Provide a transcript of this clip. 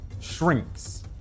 shrinks